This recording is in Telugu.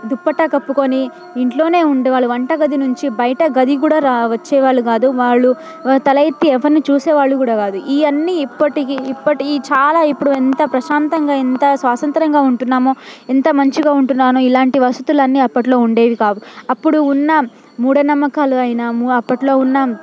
దుప్పట్టా కప్పుకొని ఇంట్లోనే ఉండేవాళ్ళు వంటగది నుంచి బయటగది కూడా రా వచ్చేవాళ్ళు కాదు వాళ్ళు తల ఎత్తి ఎవరిని చూసేవాళ్ళు కూడా కాదు ఇవన్నీ ఇప్పటికి ఇప్పటి ఈ చాలా ఇప్పుడు ఎంత ప్రశాంతంగా ఇంత స్వాసంత్రంగా ఉంటున్నామో ఎంత మంచిగా ఉంటున్నానో ఇలాంటి వసతులు అన్ని అప్పట్లో ఉండేవి కావు అప్పుడు ఉన్న మూఢ నమ్మకాలు అయిన అప్పట్లో ఉన్న